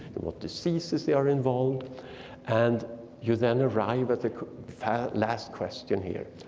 what diseases they are involved and you then arrive at the last question here.